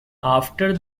after